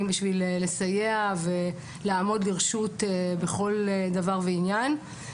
בשביל לסייע ולעמוד לרשות בכל דבר ועניין.